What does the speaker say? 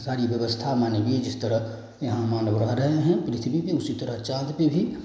सारी व्यवस्था मानवीय जिस तरह यहाँ मानव रह रहे हैं पृथ्वी पर उसी तरह चाँद पर भी